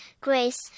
grace